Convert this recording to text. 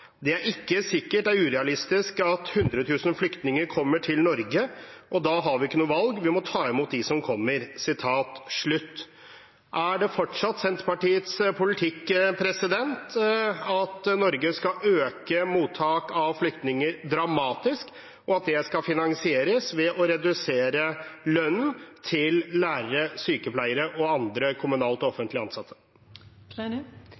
er ikke sikkert det er urealistisk at 100.000 flyktninger kommer til Norge. Og da har vi ikke noe valg; Vi må ta i mot de som kommer ...» Er det fortsatt Senterpartiets politikk at Norge skal øke mottak av flyktninger dramatisk, og at det skal finansieres ved å redusere lønnen til lærere, sykepleiere og andre kommunalt og